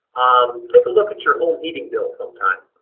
um take a look at your home heating bill sometime.